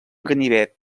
ganivet